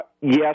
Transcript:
Yes